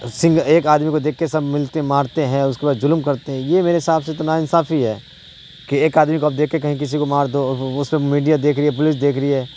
سنگھ ایک آدمی کو دیکھ کے سب ملتے مارتے ہیں اس کے بعد ظلم کرتے ہیں یہ میرے حساب سے تو نا انصافی ہے کہ ایک آدمی کو آپ دیک کے کہیں کسی کو مار دو اس پہ میڈیا دیکھ رہی ہے پولیس دیکھ رہی ہے